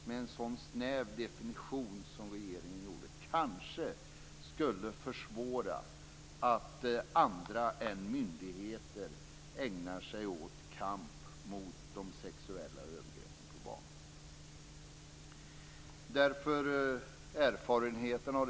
Med en sådan snäv definition som regeringen gjorde skulle det kanske försvåra för andra än myndigheter att ägna sig åt kamp mot de sexuella övergreppen på barn.